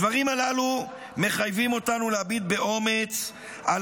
הדברים הללו מחייבים אותנו להביט באומץ על